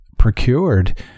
procured